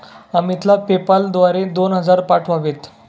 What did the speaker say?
अमितला पेपाल द्वारे दोन हजार पाठवावेत